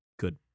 Good